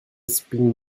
spin